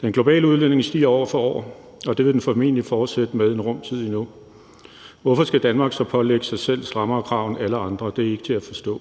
Den globale udledning stiger år for år, og det vil den formentlig fortsætte med en rum tid endnu. Hvorfor skal Danmark så pålægge sig selv strammere krav end alle andre? Det er ikke til at forstå.